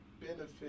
benefit